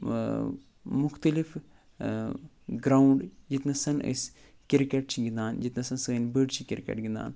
مختلِف گرٛاوُنٛڈ ییٚتنَس أسۍ کِرکَٹ چھِ گِنٛدان ییٚتنَس سٲنۍ بٔڑۍ چھِ کِرکَٹ گِنٛدان